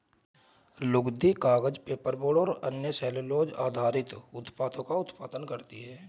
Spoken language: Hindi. लुगदी, कागज, पेपरबोर्ड और अन्य सेलूलोज़ आधारित उत्पादों का उत्पादन करती हैं